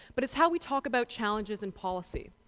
but it's how we talk about challenges and policy.